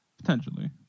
potentially